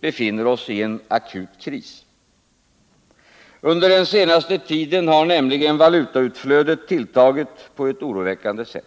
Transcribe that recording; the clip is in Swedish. befinner oss i en akut kris. Under den senaste tiden har nämligen valutautflödet tilltagit på ett oroväckande sätt.